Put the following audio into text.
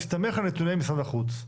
הסתמך על נתוני משרד החוץ.